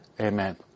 Amen